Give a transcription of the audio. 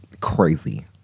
crazy